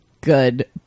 good